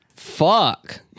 Fuck